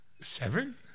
Seven